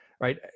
right